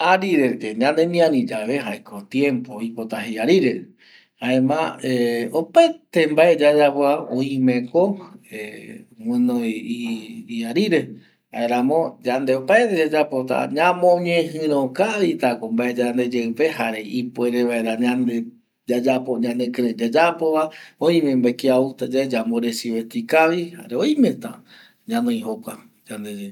Arirere ñandemiari yave jaeko tiempo oipota jae, jaema opaete vae yayapo va oime gunoi y arire jaeramo opata yayapotava ya mo regire kavi, oimeta kia ya mo recibe ye ya mo recive kavita.